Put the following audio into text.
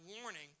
warning